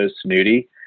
snooty